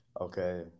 Okay